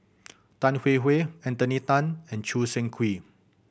Tan Hwee Hwee Anthony Then and Choo Seng Quee